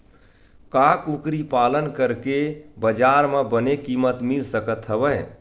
का कुकरी पालन करके बजार म बने किमत मिल सकत हवय?